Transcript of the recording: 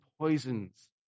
poisons